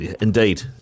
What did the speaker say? Indeed